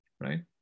right